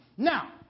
Now